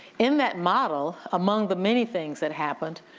in that model, among the many things that happened,